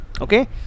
Okay